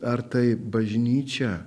ar tai bažnyčia